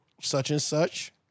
such-and-such